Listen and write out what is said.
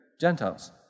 Gentiles